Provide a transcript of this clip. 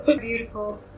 Beautiful